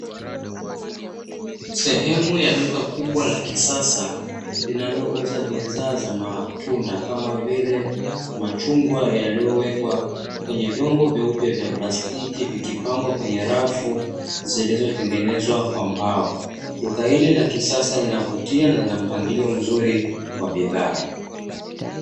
Sehemu ya duka kubwa la kisasa, linalouza bidhaa za matunda kama vile; machungwa yaliyowekwa kwenye vyombo vyeupe vya plastiki, vikipangwa kwenye rafu zilizotengenezwa kwa mbao. Duka hili la kisasa linavutia na lina mpangilio mzuri wa bidhaa.